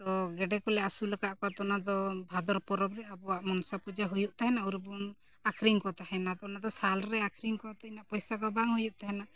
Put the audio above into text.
ᱛᱚ ᱜᱮᱰᱮ ᱠᱚᱞᱮ ᱟᱹᱥᱩᱞ ᱟᱠᱟᱫ ᱠᱚᱣᱟ ᱛᱚ ᱚᱱᱟᱫᱚ ᱵᱷᱟᱫᱚᱨ ᱯᱚᱨᱚᱵ ᱨᱮ ᱟᱵᱚᱣᱟᱜ ᱢᱚᱱᱥᱟ ᱯᱩᱡᱟᱹ ᱦᱩᱭᱩᱜ ᱛᱟᱦᱮᱱᱟ ᱚᱨᱚᱵᱚᱱ ᱟᱹᱠᱷᱨᱤᱧ ᱠᱚ ᱛᱟᱦᱮᱱᱟ ᱛᱚ ᱚᱱᱟᱫᱚ ᱥᱟᱞᱨᱮ ᱟᱹᱠᱷᱟᱨᱤᱧ ᱠᱚ ᱤᱱᱟᱹᱜ ᱯᱚᱭᱥᱟ ᱫᱚ ᱵᱟᱝ ᱦᱩᱭᱩᱜ ᱛᱟᱦᱮᱱᱟ